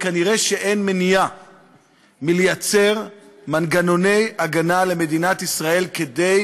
כנראה שאין מניעה מלייצר מנגנוני הגנה למדינת ישראל כדי